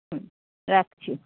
হুম রাখছি